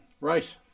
Right